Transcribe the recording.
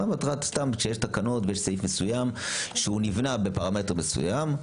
כשיש תקנות ויש סעיף מסוים שנבנה בפרמטר מסוים,